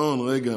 השעון, רגע.